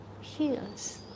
heals